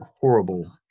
horrible